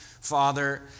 Father